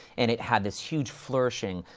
and it had this huge flourishing,